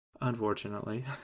unfortunately